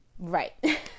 right